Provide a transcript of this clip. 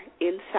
inside